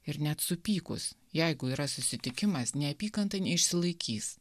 ir net supykus jeigu yra susitikimas neapykanta neišsilaikys